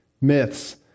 myths